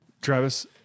Travis